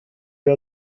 wir